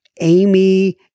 Amy